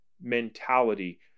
mentality